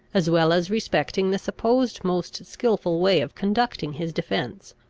as well as respecting the supposed most skilful way of conducting his defence.